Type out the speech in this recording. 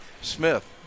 Smith